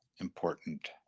important